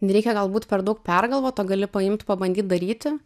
nereikia galbūt per daug pergalvot o gali paimt pabandyt daryti